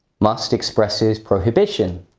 must expresses prohibition.